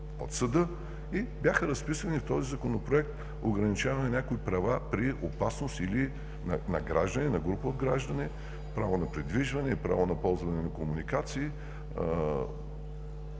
от съда и бяха разписани в този Законопроект – ограничаване на някои права при опасност на граждани, на група от граждани, право на придвижване и право на ползване на комуникации,